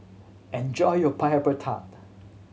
enjoy your Pineapple Tart